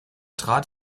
trat